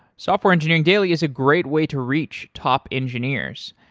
software engineering daily is a great way to reach top engineers.